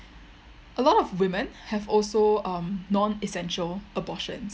a lot of women have also um non essential abortions